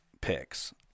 picks